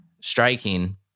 striking